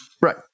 Right